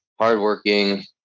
hardworking